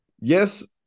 Yes